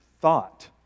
thought